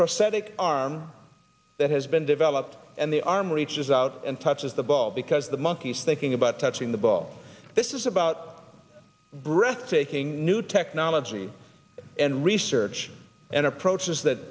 prosthetic arm that has been developed and the arm reaches out and touches the ball because the monkey is thinking about touching the ball this is about breathtaking new technology and research and approaches that